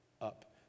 up